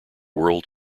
world